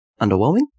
Underwhelming